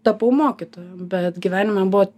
tapau mokytoja bet gyvenime buvo